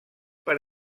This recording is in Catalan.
per